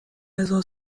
غذا